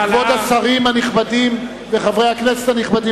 כבוד השרים הנכבדים וחברי הכנסת הנכבדים,